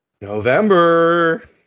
November